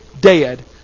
dead